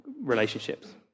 relationships